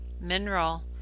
mineral